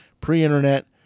Pre-internet